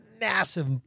massive